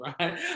right